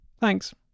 Thanks